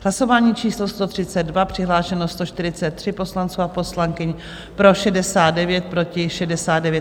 Hlasování číslo 132, přihlášeno 143 poslanců a poslankyň, pro 69, proti 69.